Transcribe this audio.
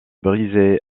brisées